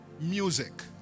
music